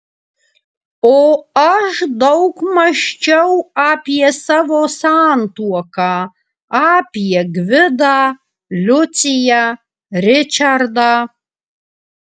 o aš daug mąsčiau apie savo santuoką apie gvidą liuciją ričardą